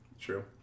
true